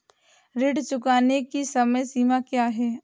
ऋण चुकाने की समय सीमा क्या है?